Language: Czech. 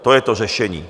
To je to řešení.